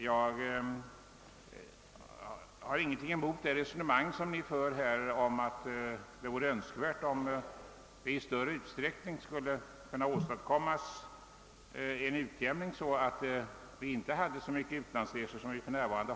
Jag har inget att invända mot resonemanget att det vore önskvärt med en utjämning, så att antalet utlandsresor inte blev så stort som för närvarande.